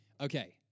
Okay